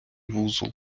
вузол